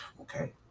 Okay